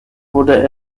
wurde